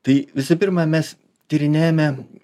tai visų pirma mes tyrinėjame